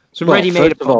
ready-made